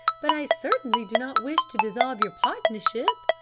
but i certainly do not wish to dissolve your partnership,